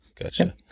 Gotcha